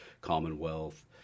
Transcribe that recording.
Commonwealth